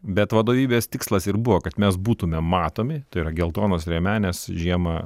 bet vadovybės tikslas ir buvo kad mes būtume matomi tai yra geltonos liemenės žiemą